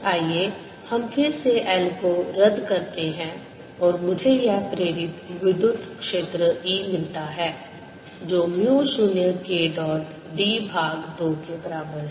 आइए हम फिर से l को रद्द करते हैं और मुझे यह प्रेरित विद्युत क्षेत्र E मिलता है जो म्यू 0 K डॉट d भाग 2 के बराबर है